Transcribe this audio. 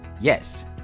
Yes